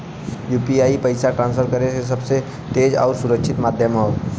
UPI पइसा transfer करे क सबसे तेज आउर सुरक्षित माध्यम हौ